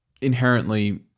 inherently